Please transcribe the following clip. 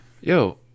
Yo